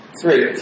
three